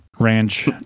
Ranch